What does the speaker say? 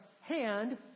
hand